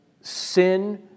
sin